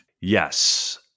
Yes